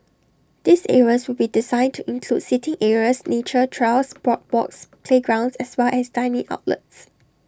these areas will be designed to include seating areas nature trails boardwalks playgrounds as well as dining outlets